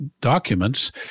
documents